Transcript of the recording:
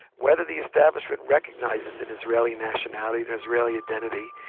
whether the establishment recognises an israeli nationality, the israeli identity,